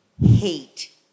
hate